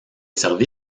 servi